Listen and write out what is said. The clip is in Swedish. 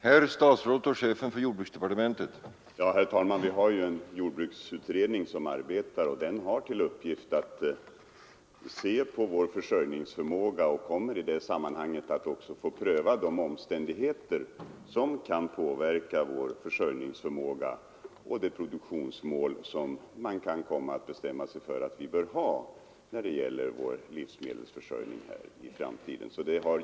Herr talman! Vi har ju en nu arbetande jordbruksutredning som har till uppgift att undersöka vår försörjningsförmåga, och den kommer i det sammanhanget också att få pröva de omständigheter som kan påverka denna och de produktionsmål som bör uppsättas för vår livsmedelsförsörjning i framtiden.